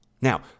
Now